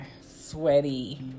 sweaty